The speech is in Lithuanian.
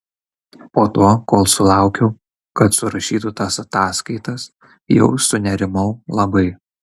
po to kol sulaukiau kad surašytų tas ataskaitas jau sunerimau labai